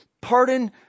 pardon